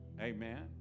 Amen